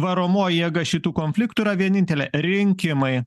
varomoji jėga šitų konfliktų yra vienintelė rinkimai